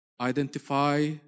identify